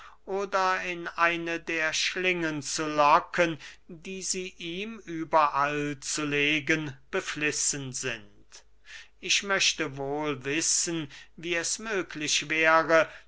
oder in eine der schlingen zu locken die sie ihm überall zu legen beflissen sind ich möchte wohl wissen wie es möglich wäre